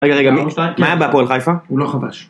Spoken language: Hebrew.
רגע, רגע, מה היה בהפועל חיפה? הוא לא חבש.